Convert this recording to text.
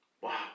Wow